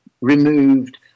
removed